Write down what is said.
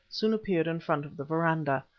soon appeared in front of the verandah.